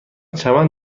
چمن